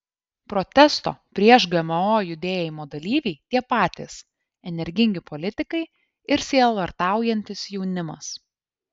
protesto prieš gmo judėjimo dalyviai tie patys energingi politikai ir sielvartaujantis jaunimas